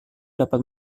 dapat